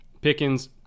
Pickens